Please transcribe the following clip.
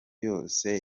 yose